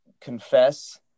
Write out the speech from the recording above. Confess